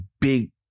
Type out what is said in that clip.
big